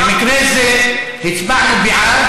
במקרה זה הצבענו בעד,